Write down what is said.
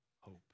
hope